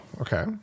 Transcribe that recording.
okay